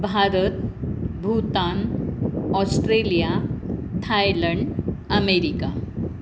Bharat Bhutan Australia Thailand America